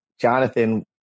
jonathan